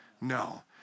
No